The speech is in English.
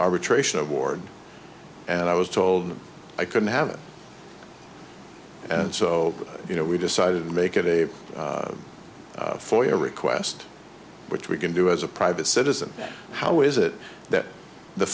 arbitration award and i was told i couldn't have it and so you know we decided to make it a foyer request which we can do as a private citizen how is it that the